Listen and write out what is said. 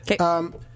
Okay